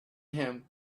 him